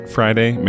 Friday